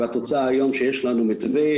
התוצאה היא שיש לנו היום מתווה,